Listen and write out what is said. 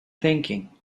thinking